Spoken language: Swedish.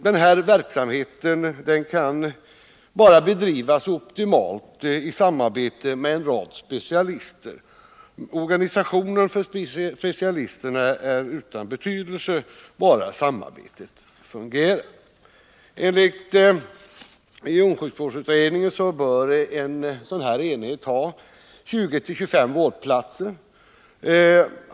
Den här verksamheten kan bara bedrivas optimalt i samarbete med en rad specialister. Organisationen av specialisterna är utan betydelse bara samarbetet fungerar. Enligt regionsjukvårdsutredningen bör en sådan enhet ha 20-25 vårdplatser.